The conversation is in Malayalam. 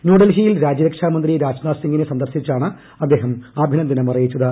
ന്യൂഡൽഹിയിൽ രാജൃരക്ഷാ മന്ത്രി രാജ്നാഥ് സിംഗിനെ സന്ദർശിച്ചാണ് അദ്ദേഹം അഭിനന്ദനം അറിയിച്ചത്